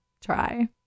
try